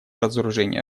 разоружению